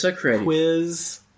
quiz